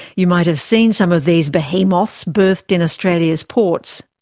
you might have seen some of these behemoths berthed in australia's ports.